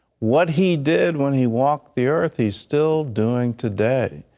what he did when he walked the earth, he still doing today.